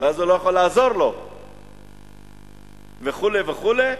ואז הוא לא יכול לעזור לו, וכו' וכו',